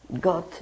God